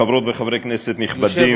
חברות וחברי כנסת נכבדים,